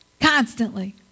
constantly